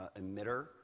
emitter